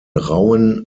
rauen